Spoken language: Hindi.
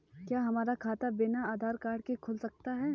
क्या हमारा खाता बिना आधार कार्ड के खुल सकता है?